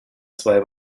zwei